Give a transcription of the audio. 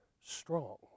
strong